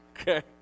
Okay